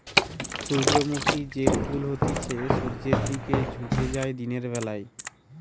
সূর্যমুখী যে ফুল হতিছে সূর্যের দিকে ঝুকে যায় দিনের বেলা